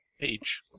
page